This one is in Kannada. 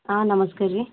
ಹಾಂ ನಮಸ್ತೆ ರೀ